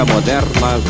moderna